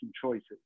choices